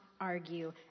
argue